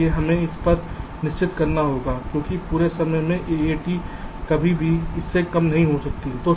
इसलिए हमें इस पर निश्चित करना होगा क्योंकि पूरे समय के लिए AAT कभी भी इससे कम नहीं हो सकती है